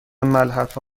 ملحفه